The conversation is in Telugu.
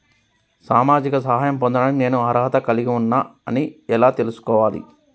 సామాజిక సహాయం పొందడానికి నేను అర్హత కలిగి ఉన్న అని ఎలా తెలుసుకోవాలి?